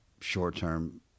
short-term